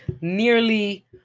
nearly